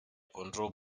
control